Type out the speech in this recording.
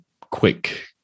quick